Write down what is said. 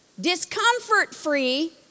discomfort-free